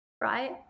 right